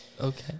Okay